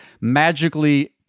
magically